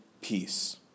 peace